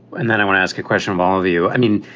and then i want ask a question of all of you. i mean,